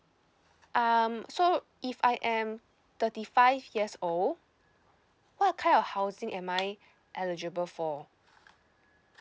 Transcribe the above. um so if I am thirty five years old what kind of housing am I eligible for